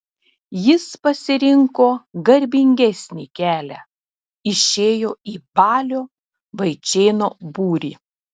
jis pasirinko garbingesnį kelią išėjo į balio vaičėno būrį